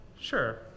Sure